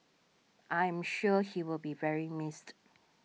I am sure he will be very missed